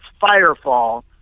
Firefall